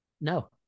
No